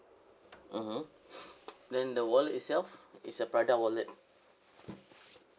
mmhmm then the wallet itself it's a prada wallet